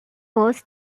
was